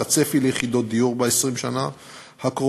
את הצפי ליחידות הדיור ב-20 השנים הקרובות,